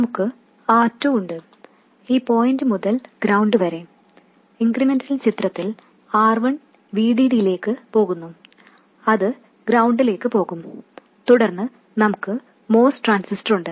നമുക്ക് R2 ഉണ്ട് ഈ പോയിന്റ് മുതൽ ഗ്രൌണ്ട് വരെ ഇൻക്രിമെൻറൽ ചിത്രത്തിൽ R1 VDD യിലേക്ക് പോകുന്നു അത് ഗ്രൌണ്ടിലേക്ക് പോകും തുടർന്ന് നമുക്ക് MOS ട്രാൻസിസ്റ്റർ ഉണ്ട്